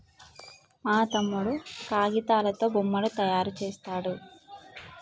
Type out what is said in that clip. మా తమ్ముడు కాగితాలతో బొమ్మలు తయారు చేస్తాడు